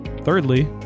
Thirdly